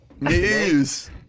news